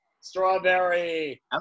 Strawberry